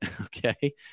okay